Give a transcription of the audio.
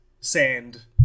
sand